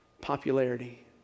popularity